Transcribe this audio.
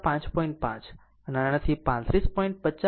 5 આ આનાથી 35